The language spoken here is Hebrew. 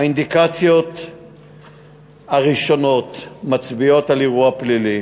האינדיקציות הראשונות מצביעות על אירוע פלילי.